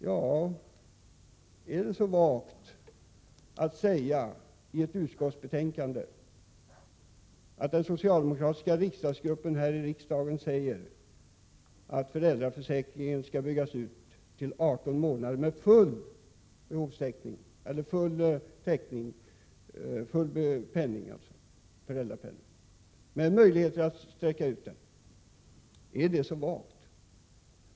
Men är det så vagt att i ett utskottsbetänkande säga att den socialdemokratiska gruppen här i riksdagen uttalar att föräldraförsäkringen skall byggas ut till att omfatta 18 månader med full föräldrapenning, och att det skall finnas möjligheter att sträcka ut tiden? Är det så vagt?